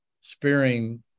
spearing